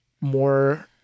more